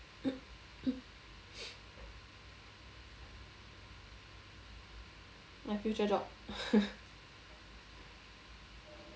my future job